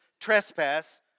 trespass